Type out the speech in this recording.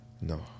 No